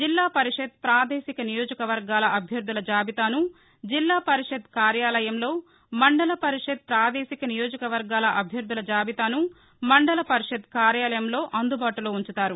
జిల్లా పరిషత్ పాదేశిక నియోజకవర్గాల అభ్యర్గుల జాబితాను జిల్లా పరిషత్ కార్యాలయంలో మందల పరిషత్ ప్రాదేశిక నియోజకవర్గాల అభ్యర్గుల జాబితాను మండల పరిషత్ కార్యాలయంలో అందుబాటులో ఉంచుతారు